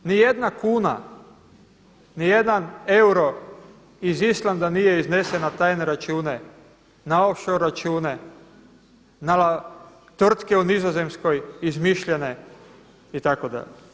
Ni jedna kuna, ni jedan eura iz Islanda nije iznesena na tajne račune, na off shore račune, na tvrtke u Nizozemskoj izmišljene itd.